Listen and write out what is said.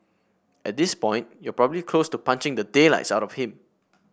at this point you're probably close to punching the daylights out of him